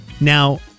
Now